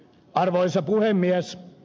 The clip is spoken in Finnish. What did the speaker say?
arvoisa puhemies